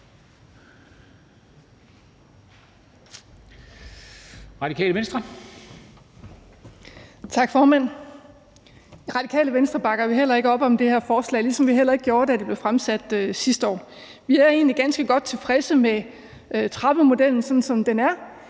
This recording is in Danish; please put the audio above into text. Olldag (RV): Tak, formand. I Radikale Venstre bakker vi heller ikke op om det her forslag, ligesom vi heller ikke gjorde, da det blev fremsat sidste år. Vi er egentlig ganske godt tilfredse med trappemodellen, som den er,